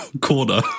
Corner